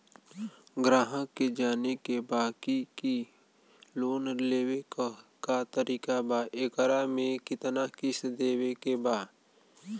ग्राहक के जाने के बा की की लोन लेवे क का तरीका बा एकरा में कितना किस्त देवे के बा?